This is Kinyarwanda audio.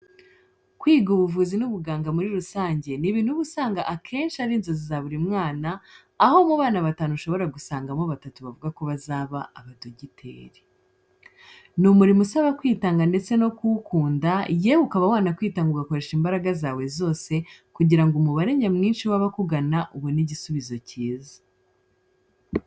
Kwiga ubuvuzi n'ubuganga muri rusange ni bintu uba usanga akenshi ari inzozi za buri mwana, aho mu bana batanu ushobora gusangamo batatu bavuga ko bazaba abadogiteri. Ni umurimo usaba kwitanga ndetse no kuwukunda yewe ukaba wanakwitanga ugakoresha imbaraga zawe zose kugira ngo umubare nyamwinshi wabakugana ubone igisubizo cyiza.